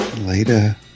Later